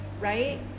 right